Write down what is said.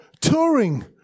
touring